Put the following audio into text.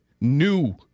new